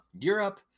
Europe